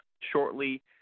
shortly